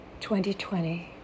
2020